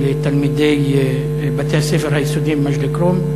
לתלמידי בתי-הספר היסודיים במג'ד-אלכרום.